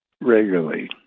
regularly